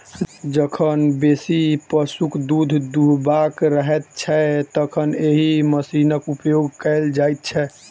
जखन बेसी पशुक दूध दूहबाक रहैत छै, तखन एहि मशीनक उपयोग कयल जाइत छै